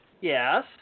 Yes